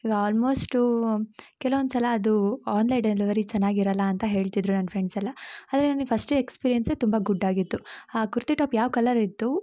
ಈಗ ಆಲ್ಮೋಸ್ಟು ಕೆಲ್ವೊಂದು ಸಲ ಅದು ಆನ್ಲೈನ್ ಡೆಲಿವರಿ ಚೆನ್ನಾಗಿರಲ್ಲ ಅಂತ ಹೇಳ್ತಿದ್ರು ನನ್ನ ಫ್ರೆಂಡ್ಸ್ ಎಲ್ಲ ಆದರೆ ನನ್ನ ಫಸ್ಟ್ ಎಕ್ಸ್ಪೀರಿಯನ್ಸ್ ತುಂಬ ಗುಡ್ ಆಗಿತ್ತು ಆ ಕುರ್ತಿ ಟಾಪ್ ಯಾವ ಕಲರ್ ಇತ್ತು